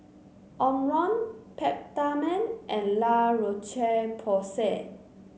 Omron Peptamen and La Roche Porsay